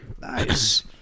Nice